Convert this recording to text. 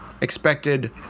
expected